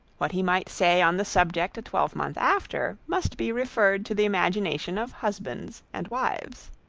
what he might say on the subject a twelvemonth after, must be referred to the imagination of husbands and wives.